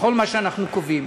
בכל מה שאנחנו קובעים.